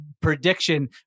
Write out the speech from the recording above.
prediction